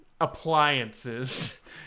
Appliances